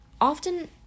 often